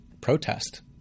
protest